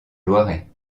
loiret